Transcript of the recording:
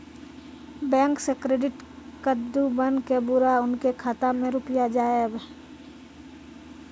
Bank से credit card बन के बुरे उनके खाता मे रुपिया जाएब?